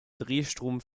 drehstrom